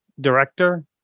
director